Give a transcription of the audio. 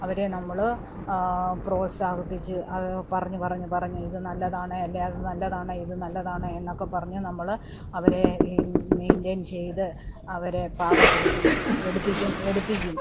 അവരെ നമ്മള് പ്രോത്സാഹിപ്പിച്ച് അത് പറഞ്ഞു പറഞ്ഞു ഇത് നല്ലതാണ് അല്ലേൽ അത് നല്ലതാണ് ഇതു നല്ലതാണ് എന്നൊക്കെ പറഞ്ഞ് നമ്മള് അവരെ മെയിൻ്റെയിൻ ചെയ്ത് അവരെ പാകപ്പെടുത്തി എടുപ്പിക്കും എടുപ്പിക്കും